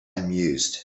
amused